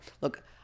look